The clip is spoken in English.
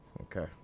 Okay